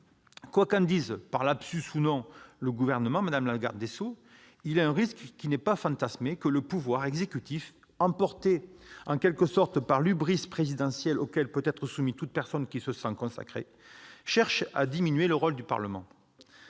Quoi qu'en dise, par lapsus ou non, le Gouvernement, madame la garde des sceaux, il y a un risque qui n'est pas fantasmé : le pouvoir exécutif, emporté en quelque sorte par l'présidentielle, à laquelle peut être soumise toute personne qui se sent consacrée, cherche à diminuer le rôle du Parlement